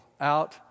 out